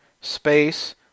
space